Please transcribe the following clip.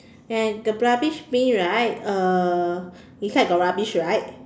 and the rubbish bin right uh inside got rubbish right